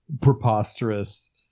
preposterous